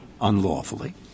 unlawfully